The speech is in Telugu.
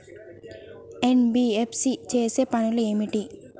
ఎన్.బి.ఎఫ్.సి చేసే పనులు ఏమిటి?